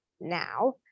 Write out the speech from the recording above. now